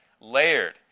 layered